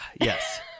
Yes